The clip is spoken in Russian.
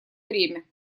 время